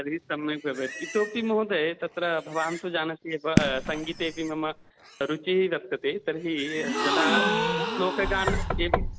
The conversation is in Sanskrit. तर्हि सम्यक् भवेत् इतोपि महोदय तत्र भवान् तु जानाति एव सङ्गीते अपि मम रुचिः वर्तते तर्हि यदा श्लोकगानम् एवं